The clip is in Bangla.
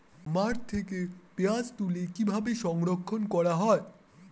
মাঠ থেকে পেঁয়াজ তুলে কিভাবে সংরক্ষণ করা হয়?